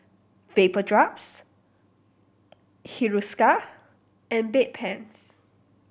Vapodrops Hiruscar and Bedpans